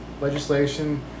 Legislation